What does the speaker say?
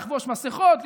לחבוש מסכות,